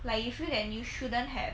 like you feel that you shouldn't have